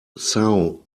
são